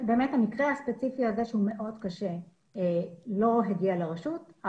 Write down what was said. המקרה הספציפי הזה שהוא מאוד קשה לא הגיע לרשות.